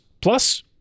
plus